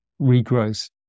regrowth